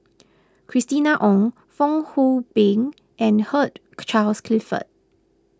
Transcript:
Christina Ong Fong Hoe Beng and Hugh Charles Clifford